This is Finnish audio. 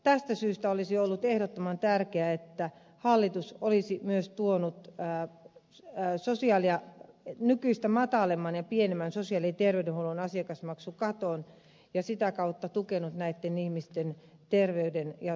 tästä syystä olisi ollut ehdottoman tärkeää että hallitus olisi myös tuonut nykyistä matalamman sosiaali ja terveydenhuollon asiakasmaksukaton ja sitä kautta tukenut näitten ihmisten terveyden ja sairaudenhoitoa